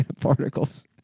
particles